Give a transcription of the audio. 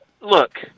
look